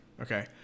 okay